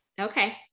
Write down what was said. okay